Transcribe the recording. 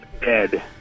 dead